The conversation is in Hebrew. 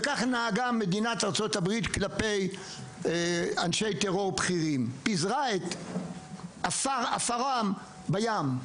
וכך נהגה מדינת ארצות הברית כלפי אנשי טרור בכירים פיזרה את אפרם בים.